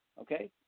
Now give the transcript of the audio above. okay